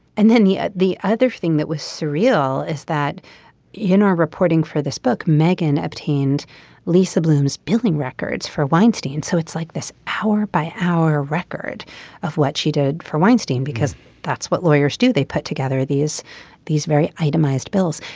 and then the ah the other thing that was surreal is that you know reporting for this book meghan obtained lisa bloom's billing records for weinstein. so it's like this hour by hour record of what she did for weinstein because that's what lawyers do they put together these these very itemized bills.